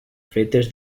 fetes